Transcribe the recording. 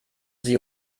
sie